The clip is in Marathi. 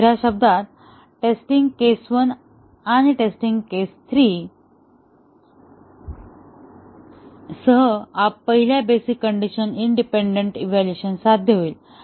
दुसर्या शब्दात टेस्टिंग केस 1 आणि टेस्टिंग केस 3 सह पहिल्या बेसिक कण्डिशन इंडिपेन्डन्ट इव्हॅल्युएशन साध्य होईल